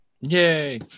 Yay